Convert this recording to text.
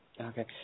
Okay